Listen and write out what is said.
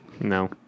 No